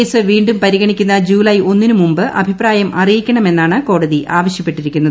case വീ ും പരിഗണിയ്ക്കുന്ന ജൂലൈ ഒന്നിന് മുൻപ് അഭിപ്രായം അറിയിക്കണമെന്നാണ് കോടതി ആവശ്യപ്പെട്ടിരിക്കുന്നത്